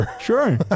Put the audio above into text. Sure